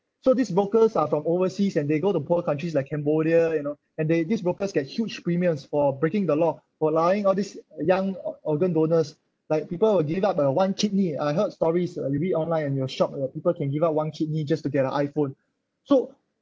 so these brokers are from overseas and they go to poor countries like cambodia you know and they these brokers get huge premiums for breaking the law for lying all these young or~ organ donors like people will give up uh one kidney I heard stories uh you read online and you're shocked that people can give up one kidney just to get a iphone so